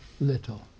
little